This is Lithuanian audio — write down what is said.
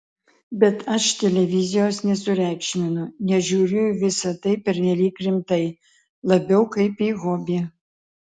bet aš televizijos nesureikšminu nežiūriu į visa tai pernelyg rimtai labiau kaip į hobį